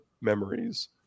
memories